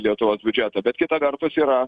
lietuvos biudžetą bet kita vertus yra